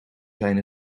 zijn